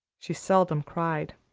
she seldom cried.